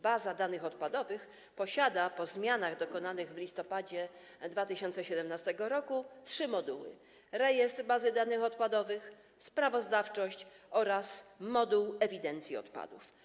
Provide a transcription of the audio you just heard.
Baza danych odpadowych po zmianach dokonanych w listopadzie 2017 r. posiada trzy moduły: rejestr bazy danych odpadowych, sprawozdawczość oraz moduł ewidencji odpadów.